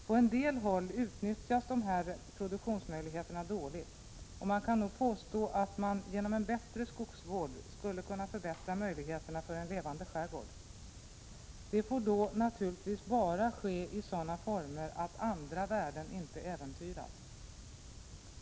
På en del håll utnyttjas de här produktionsmöjligheterna dåligt, och det kan nog påstås att man genom en bättre skogsvård skulle kunna förbättra möjligheterna för en levande skärgård. Det får då naturligtvis bara ske i sådana former att andra värden inte äventyras.